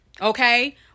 okay